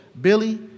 Billy